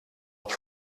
het